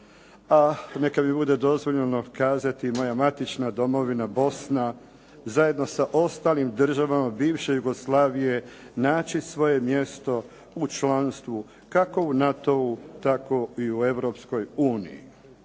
a neka mi bude dozvoljeno kazati i moja matična domovina Bosna zajedno sa ostalim državama bivše Jugoslavije naći svoje mjesto u članstvu, kako u NATO-u tako i u Europskoj uniji.